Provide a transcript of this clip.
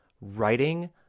writing